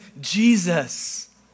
Jesus